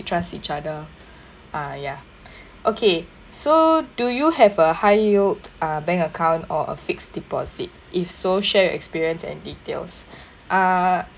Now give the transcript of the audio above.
trust each other ah ya okay so do you have a high yield uh bank account or a fixed deposit if so share your experience and details uh